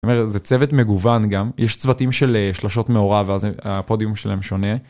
זאת אומרת, זה צוות מגוון גם, יש צוותים של שלשות מעורב ואז הפודיום שלהם שונה.